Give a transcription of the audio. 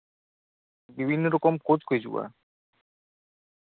ᱵᱤᱵᱷᱤᱱᱱᱚ ᱨᱚᱠᱚᱢ ᱠᱳᱪ ᱠᱚ ᱦᱤᱡᱩᱜᱼᱟ